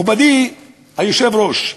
מכובדי היושב-ראש,